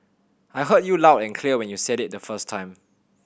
I heard you loud and clear when you said it the first time